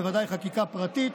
בוודאי חקיקה פרטית,